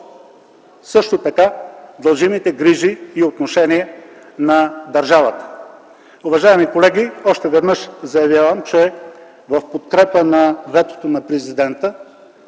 също така дължимите грижи и отношение на държавата. Уважаеми колеги, още веднъж заявявам, че в подкрепа на ветото на президента